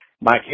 Mike